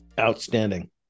outstanding